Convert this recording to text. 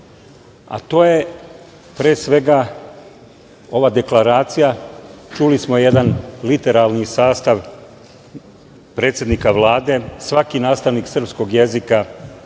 To je pre svega ova deklaracija. Čuli smo jedan literarni sastav predsednika Vlade. Svaki nastavnik srpskog jezika